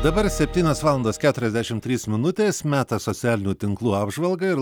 dabar septynios valandas keturiasdešimt trys minutės metas socialinių tinklų apžvalgai ir